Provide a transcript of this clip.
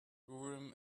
urim